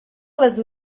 les